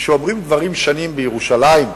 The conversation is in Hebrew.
כשאומרים דברים שנים בירושלים,